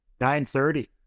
9.30